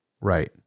Right